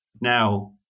Now